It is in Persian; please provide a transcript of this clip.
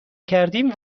کردیم